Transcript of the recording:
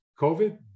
COVID